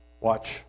watch